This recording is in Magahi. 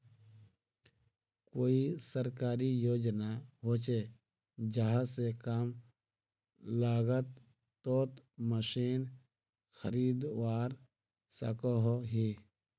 कोई सरकारी योजना होचे जहा से कम लागत तोत मशीन खरीदवार सकोहो ही?